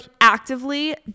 actively